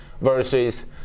versus